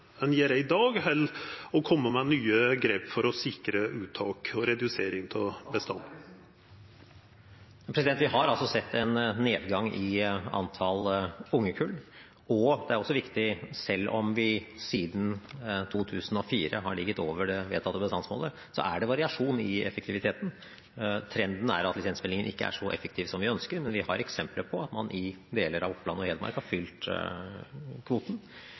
i dag, for å koma med nye grep for å sikra uttak og redusering av bestanden? Vi har altså sett en nedgang i antall ungekull. Og – det er også viktig – selv om vi siden 2004 har ligget over det vedtatte bestandsmålet, er det variasjon i effektiviteten. Trenden er at lisensfellingen ikke er så effektiv som vi ønsker, men vi har eksempler på at man i deler av Oppland og Hedmark har fylt kvoten.